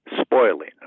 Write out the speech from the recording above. spoiling